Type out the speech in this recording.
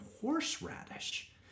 horseradish